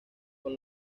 con